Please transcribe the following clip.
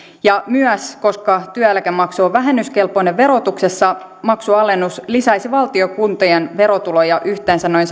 ja koska työeläkemaksu on vähennyskelpoinen verotuksessa maksualennus myös lisäisi valtion ja kuntien verotuloja yhteensä noin